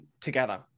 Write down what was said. together